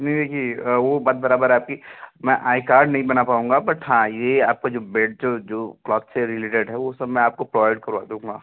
नहीं देखिए वो बात बराबर है आपकी मैं आई कार्ड नहीं बना पाऊँगा बट हाँ ये आपका जो बेड जो जो क्लोथ से रिलेटेड है वो सब मैं आपको प्रोवाइड करवा दूँगा